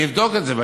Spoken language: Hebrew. אני אבדוק את זה,